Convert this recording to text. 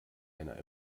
einer